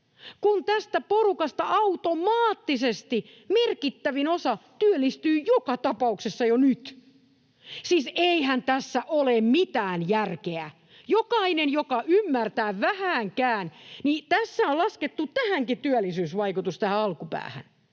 kun tästä porukasta automaattisesti merkittävin osa työllistyy joka tapauksessa jo nyt. Siis eihän tässä ole mitään järkeä. Jokainen, joka ymmärtää vähänkään, ymmärtää, että tässä on laskettu työllisyysvaikutus tähän alkupäähän